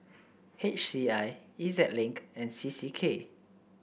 H C I E Z Link and C C K